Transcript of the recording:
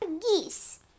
geese